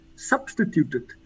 substituted